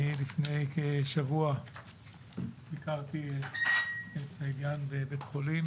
לפני כשבוע ביקרתי את סעידיאן בבית חולים